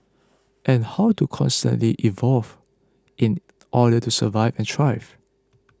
and how to constantly evolve in order to survive and thrive